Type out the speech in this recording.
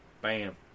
Bam